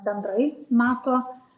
bendrai nato